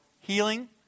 healing